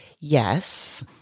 yes